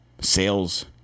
sales